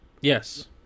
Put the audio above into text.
Yes